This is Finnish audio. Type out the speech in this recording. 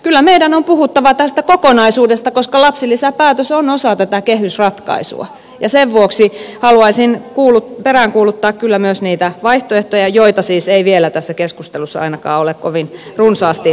kyllä meidän on puhuttava tästä kokonaisuudesta koska lapsilisäpäätös on osa tätä kehysratkaisua ja sen vuoksi haluaisin peräänkuuluttaa kyllä myös vaihtoehtoja joita siis ei tässä keskustelussa vielä ole ainakaan kovin runsaasti esitetty